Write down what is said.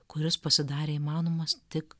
kuris pasidarė įmanomas tik